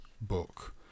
book